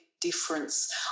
difference